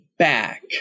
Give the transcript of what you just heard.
back